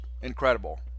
incredible